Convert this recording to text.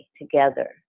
together